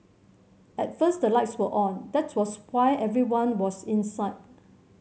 at first the lights were on that was why everyone was inside